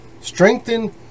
strengthen